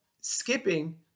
skipping